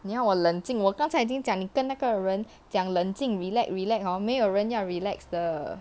你要我冷静我刚才已经讲你跟那个人讲冷静 relax relax hor 没有人要 relax 的